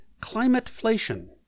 climateflation